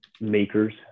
makers